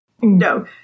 no